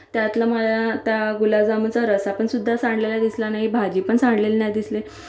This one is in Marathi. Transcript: त्यातलं मला त्या गुलाबजामुनचा रस्सा पण सुद्धा सांडलेला दिसला नाही भाजी पण सांडलेली नाही दिसली